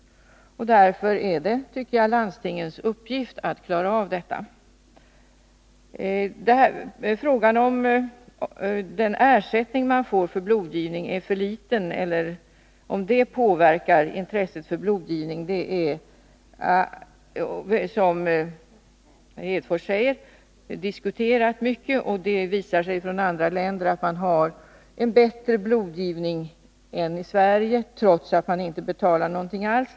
Därför är det, tycker jag, landstingens uppgift att klara av detta. Frågan om den ersättning man får för blodgivning är för liten och om det förhållandet påverkar intresset för blodgivning har, som Lars Hedfors säger, diskuterats mycket. Det visar sig att man i andra länder har en bättre Nr 84 blodgivning än vi har i Sverige, trots att man i dessa länder inte betalar ut någon ersättning alls.